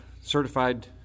certified